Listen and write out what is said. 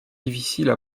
difficiles